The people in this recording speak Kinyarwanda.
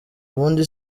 ubundi